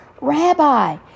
rabbi